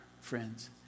friends